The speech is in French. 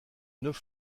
neuf